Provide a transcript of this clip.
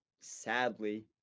sadly